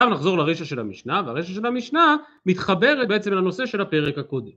עכשיו נחזור לרשת של המשנה והרשת של המשנה מתחברת בעצם לנושא של הפרק הקודם